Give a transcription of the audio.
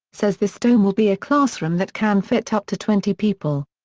says this dome will be a classroom that can fit up to twenty people.